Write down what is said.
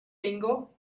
bingo